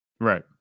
right